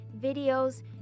videos